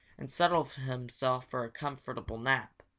and settled himself for a comfortable nap.